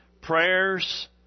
prayers